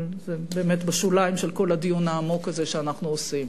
אבל זה באמת בשוליים של כל הדיון העמוק הזה שאנחנו עושים,